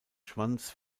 schwanz